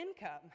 income